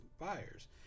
buyers